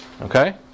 Okay